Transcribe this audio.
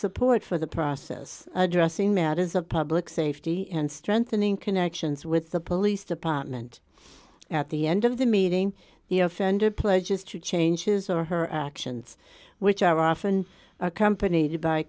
support for the process addressing that is a public safety and strengthening connections with the police department at the end of the meeting the offender pledges to change his or her actions which are often accompanied by